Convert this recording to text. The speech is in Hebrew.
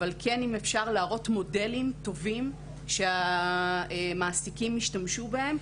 אבל אם אפשר כן להראות מודלים טובים שהמעסיקים השתמשו בהם.